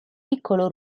piccolo